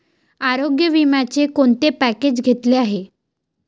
आरोग्य विम्याचे कोणते पॅकेज घेतले आहे?